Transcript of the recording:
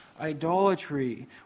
idolatry